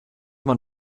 man